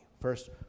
First